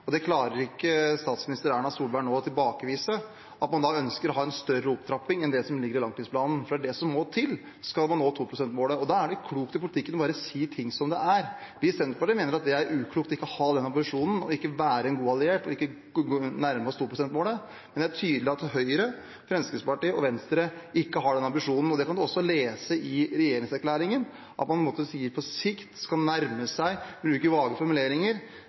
og det klarer ikke statsminister Erna Solberg nå å tilbakevise – at man må ha en større opptrapping enn det som ligger i langtidsplanen, for det er det som må til, skal man nå 2-prosentmålet. Da er det klokt i politikken bare å si ting som de er. Vi i Senterpartiet mener at det er uklokt ikke å ha den ambisjonen og ikke være en god alliert og ikke nærme oss 2-prosentmålet, men det er tydelig at Høyre, Fremskrittspartiet og Venstre ikke har den ambisjonen. Det kan man også lese i regjeringserklæringen – man sier «på sikt», skal nærme seg – bruker vage formuleringer.